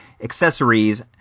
accessories